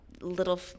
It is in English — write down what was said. little